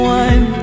one